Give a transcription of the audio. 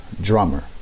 drummer